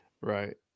Right